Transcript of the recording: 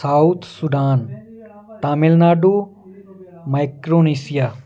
south Sudan Tamil Nadu Micronesia